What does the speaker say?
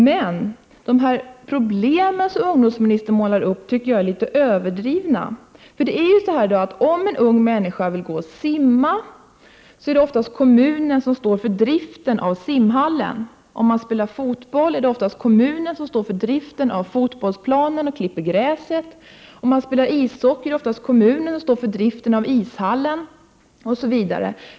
Men problemen som ungdomsministern målar upp tycker jag är litet överdrivna. Om en ung människa vill gå och simma gör hon det i en simhall som kommunen oftast står för driften av, för den som spelar fotboll gäller att det oftast är kommunen som står för driften av fotbollsplanen och klipper gräset, för den som spelar ishockey gäller att det oftast är kommunen som står för driften av ishallen osv.